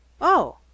Oh